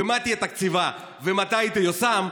מה יהיה תקציבה ומתי היא תיושם.